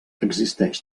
existeix